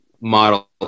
model